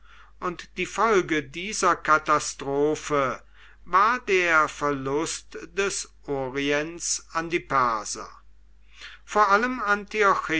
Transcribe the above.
und die folge dieser katastrophe war der verlust des orients an die perser vor allem